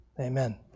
Amen